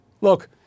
Look